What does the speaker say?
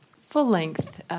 full-length